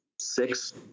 six